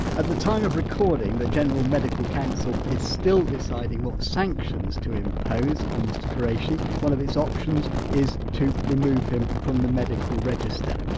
at the time of recording the general medical council is still deciding what sanctions to impose on ah mr qureshi. one of its options is to remove him from the medical register.